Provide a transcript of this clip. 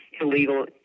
illegal